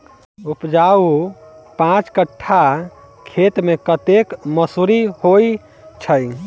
उपजाउ पांच कट्ठा खेत मे कतेक मसूरी होइ छै?